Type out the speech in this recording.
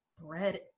bread